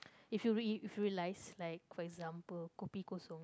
if you real~ if you realise like for example kopi Kosong